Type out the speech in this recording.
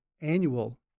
annual